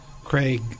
Craig